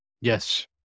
Yes